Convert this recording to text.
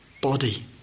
body